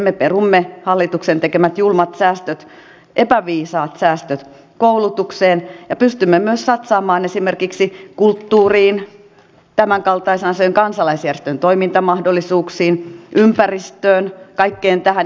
me perumme hallituksen tekemät julmat säästöt epäviisaat säästöt koulutukseen ja pystymme myös satsaamaan esimerkiksi kulttuuriin tämänkaltaisena asiana kansalaisjärjestön toimintamahdollisuuksiin ympäristöön kaikkeen tähän